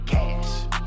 Cash